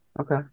Okay